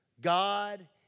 God